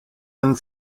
and